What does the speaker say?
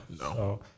no